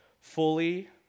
fully